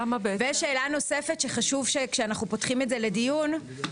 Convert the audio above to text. שאלה נוספת שחשוב להתייחס